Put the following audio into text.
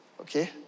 Okay